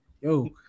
yo-